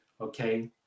okay